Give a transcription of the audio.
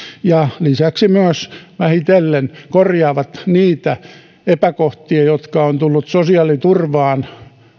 ja lisäksi myös vähitellen korjaavat niitä epäkohtia jotka ovat tulleet sosiaaliturvaan